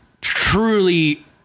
truly